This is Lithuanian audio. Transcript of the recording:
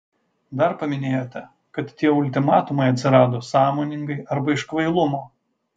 dar paminėjote kad tie ultimatumai atsirado sąmoningai arba iš kvailumo